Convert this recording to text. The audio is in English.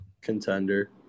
Contender